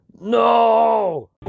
No